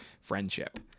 friendship